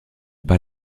pas